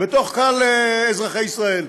בתוך קהל אזרחי ישראל,